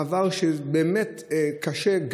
מעבר באמת קשה,